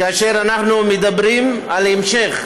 כאשר אנחנו מדברים על ההמשך,